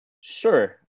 sure